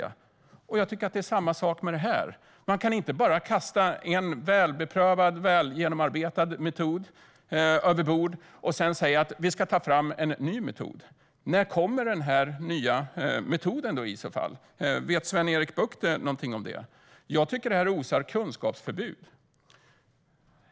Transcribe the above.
Jag tycker att det är samma sak när det gäller det här. Man kan inte bara kasta en välbeprövad, väl genomarbetad metod över bord och sedan säga: Vi ska ta fram en ny metod. När kommer den nya metoden i så fall? Vet Sven-Erik Bucht någonting om det? Jag tycker att det här osar kunskapsförbud.